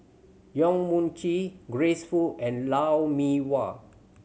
Yong Mun Chee Grace Fu and Lou Mee Wah